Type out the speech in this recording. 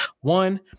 one